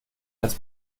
als